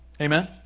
Amen